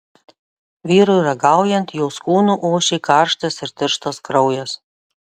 vyrui ragaujant jos kūnu ošė karštas ir tirštas kraujas